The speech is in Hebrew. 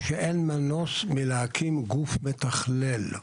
שאין מנוס מלהקים גוף מתכלל,